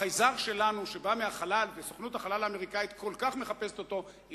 והחייזר שלנו שבא מהחלל וסוכנות החלל האמריקנית כל כך מחפשת אותו,